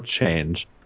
change